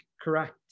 correct